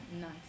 Nice